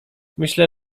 myślę